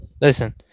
Listen